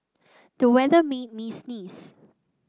the weather made me sneeze